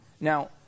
Now